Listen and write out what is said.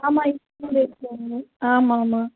ஆமாம் இங்கே ஸ்கூலு இருக்குது ஒன்று ஆமாம் ஆமாம்